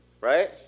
Right